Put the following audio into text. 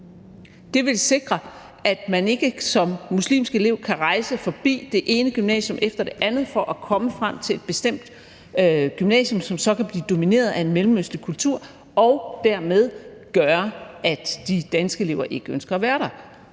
Det vil sikre, at man ikke som muslimsk elev kan rejse forbi det ene gymnasium efter det andet for at komme frem til et bestemt gymnasium, som så kan blive domineret af en mellemøstlig kultur, hvilket vil gøre, at de danske elever ikke ønsker at være der,